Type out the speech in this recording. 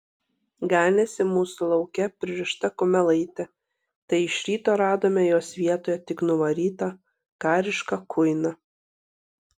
ganėsi mūsų lauke pririšta kumelaitė tai iš ryto radome jos vietoje tik nuvarytą karišką kuiną